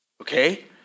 okay